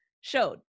showed